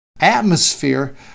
atmosphere